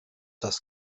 das